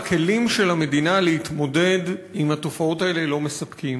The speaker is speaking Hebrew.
הכלים של המדינה להתמודד עם התופעות האלה לא מספקים,